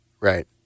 Right